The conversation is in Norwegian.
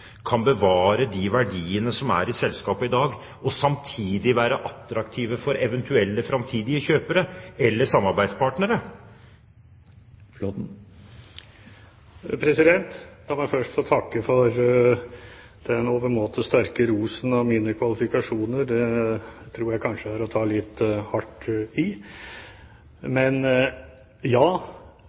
kan bevare de verdiene som er i selskapet i dag, og samtidig være attraktivt for eventuelle framtidige kjøpere eller samarbeidspartnere? Jeg må først få takke for den overmåte sterke rosen av mine kvalifikasjoner. Jeg tror vel kanskje det er å ta litt hardt i. Men ja,